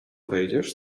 wejdziesz